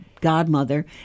godmother